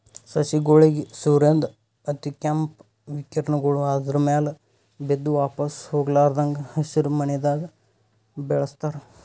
ಸಸಿಗೋಳಿಗ್ ಸೂರ್ಯನ್ದ್ ಅತಿಕೇಂಪ್ ವಿಕಿರಣಗೊಳ್ ಆದ್ರ ಮ್ಯಾಲ್ ಬಿದ್ದು ವಾಪಾಸ್ ಹೊಗ್ಲಾರದಂಗ್ ಹಸಿರಿಮನೆದಾಗ ಬೆಳಸ್ತಾರ್